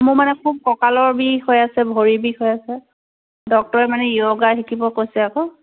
মোৰ মানে খুব কঁকালৰ বিষ হৈ আছে ভৰি বিষ হৈ আছে ডক্টৰে মানে য়োগা শিকিব কৈছে আকৌ